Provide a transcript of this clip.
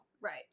Right